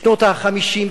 בשנות ה-50,